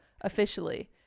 officially